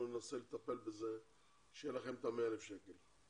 ננסה לטפל בזה שיהיה לכם את ה-100,000 שקל.